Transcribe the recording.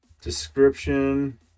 Description